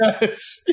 Yes